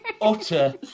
utter